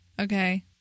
okay